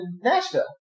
Nashville